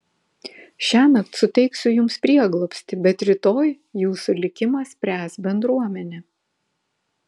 šiąnakt suteiksiu jums prieglobstį bet rytoj jūsų likimą spręs bendruomenė